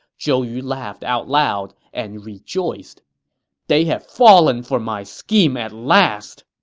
zhou yu laughed out loud and rejoiced they have fallen for my scheme at last!